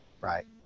Right